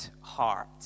heart